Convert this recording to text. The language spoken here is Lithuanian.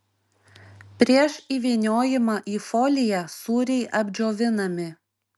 prieš įvyniojimą į foliją sūriai apdžiovinami